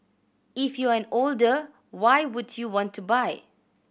if you're an older why would you want to buy